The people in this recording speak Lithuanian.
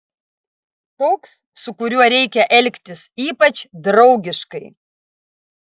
toks su kuriuo reikia elgtis ypač draugiškai